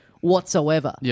whatsoever